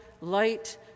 light